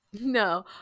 No